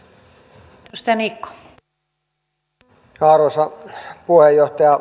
arvoisa puheenjohtaja